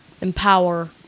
empower